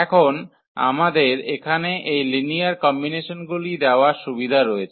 এখন আমাদের এখানে এই লিনিয়ার কম্বিনেশনগুলি দেওয়ার সুবিধা রয়েছে